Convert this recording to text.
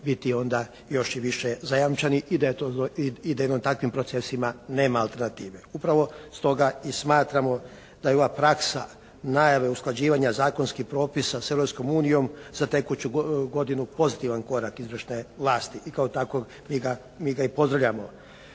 biti onda još i više zajamčeni i da u takvim procesima nema alternative. Upravo stoga i smatramo da je ova praksa najave usklađivanja zakonskih propisa s Europskom unijom za tekuću godinu pozitivan korak izvršne vlasti i kao takvog mi ga i pozdravljamo.